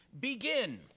Begin